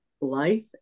life